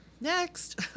next